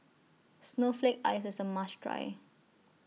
Snowflake Ice IS A must Try